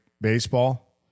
Baseball